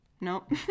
Nope